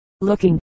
looking